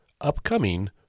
upcoming